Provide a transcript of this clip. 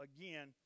again